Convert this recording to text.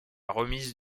remise